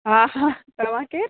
हा हा तव्हां केरु